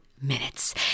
Minutes